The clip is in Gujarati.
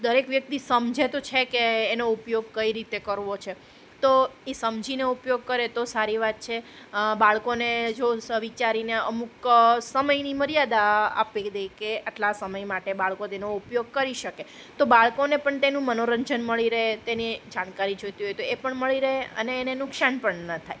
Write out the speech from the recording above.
દરેક વ્યક્તિ સમજે તો છે કે એનો ઉપયોગ કઈ રીતે કરવો છે તો એ સમજીને ઉપયોગ કરે તો સારી વાત છે બાળકોને જો વિચારીને અમુક સમયની મર્યાદા આપી દે કે આટલા સમય માટે બાળકો તેનો ઉપયોગ કરી શકે તો બાળકોને પણ તેનું મનોરંજન મળી રહે તેની જાણકારી જોતી હોય તો એ પણ મળી રહે અને એને નુકસાન પણ ન થાય